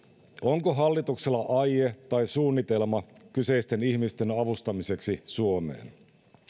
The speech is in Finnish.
onko hallituksella aie tai suunnitelma kyseisten ihmisten avustamiseksi suomeen